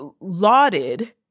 lauded